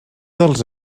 dels